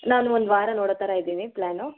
ನಾನು ಒಂದು ವಾರ ನೋಡೊ ಥರ ಇದ್ದೀನಿ ಪ್ಲಾನು